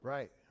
Right